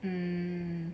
hmm